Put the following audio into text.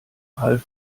half